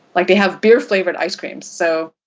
like they have beer flavored ice creams. so,